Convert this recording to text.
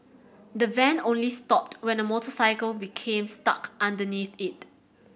the van only stopped when a motorcycle became stuck underneath it